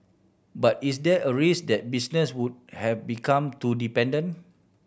but is there a risk that business would have become too dependent